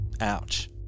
Ouch